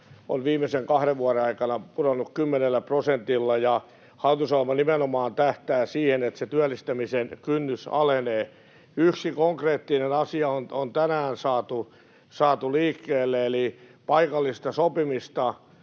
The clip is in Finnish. on viimeisen kahden vuoden aikana pudonnut kymmenellä prosentilla. Hallitusohjelma nimenomaan tähtää siihen, että työllistämisen kynnys alenee. Yksi konkreettinen asia on tänään saatu liikkeelle, eli paikallista sopimista